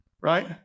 right